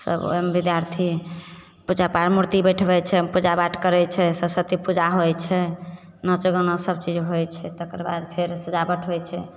सब ओइमे विद्यार्थी पूजापाठ मूर्ति बैठबइ छै पूजापाठ करय छै सरस्वती पूजा होइ छै नाच गाना सब चीज होइ छै तकरबाद फेर सजावट होइ छै